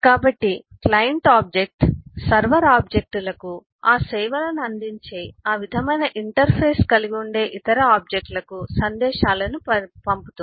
కాబట్టి client object server ఆబ్జెక్ట్లకు ఆ సేవలను అందించే ఆ విధమైన ఇంటర్ఫేస్ కలిగి ఉండే ఇతర ఆబ్జెక్ట్లకు సందేశాలను పంపుతుంది